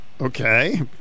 okay